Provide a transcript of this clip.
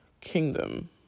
Kingdom